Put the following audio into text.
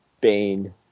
Bane